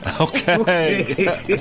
Okay